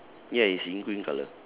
ya it's in green colour